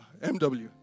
MW